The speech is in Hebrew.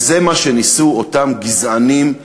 וזה מה שניסו אותם גזענים,